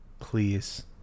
please